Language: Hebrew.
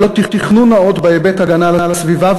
ללא תכנון נאות בהיבט ההגנה על הסביבה,